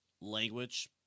language